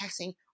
texting